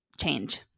change